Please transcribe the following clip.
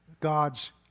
God's